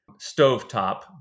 stovetop